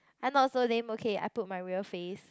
I not so lame okay I put my real face